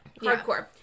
Hardcore